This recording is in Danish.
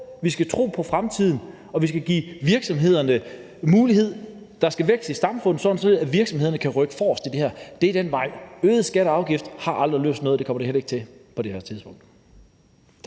Vi skal tro på fremtiden, og vi skal give virksomhederne muligheder; der skal vækst i samfundet, sådan at virksomhederne kan rykke forrest på det her område. Det er den vej, vi skal gå. Øgede skatter og afgifter har aldrig løst noget, og det kommer det heller ikke til på det her tidspunkt.